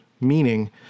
meaning